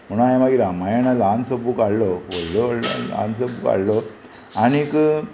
म्हणून हांयें मागीर रामायणा ल्हानसो बूक हाडलो व्हडलो व्हडलो ल्हानसो बूक हाडलो आनीक